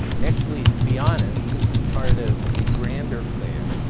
actually, to be honest, this is part of a grander plan.